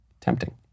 tempting